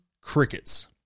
crickets